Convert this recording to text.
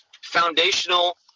foundational